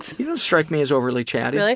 you don't strike me as overly chatty. really?